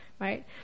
right